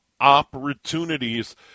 opportunities